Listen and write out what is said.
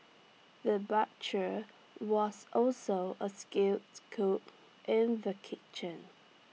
the butcher was also A skilled cook in the kitchen